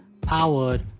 powered